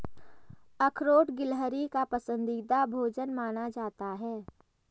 अखरोट गिलहरी का पसंदीदा भोजन माना जाता है